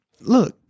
look